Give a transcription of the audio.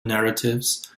narratives